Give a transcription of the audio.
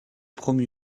promu